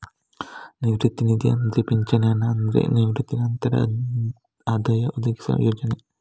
ನಿವೃತ್ತಿ ನಿಧಿ ಅಂದ್ರೆ ಪಿಂಚಣಿ ಹಣ ಅಂದ್ರೆ ನಿವೃತ್ತಿ ನಂತರ ಆದಾಯ ಒದಗಿಸುವ ಯೋಜನೆ